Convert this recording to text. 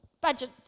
budget